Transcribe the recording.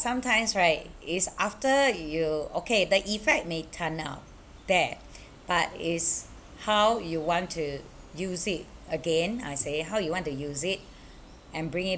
sometimes right it is after you okay the effect may turn out bad but it is how you want to use it again I say how you want to use it and bring it